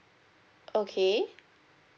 okay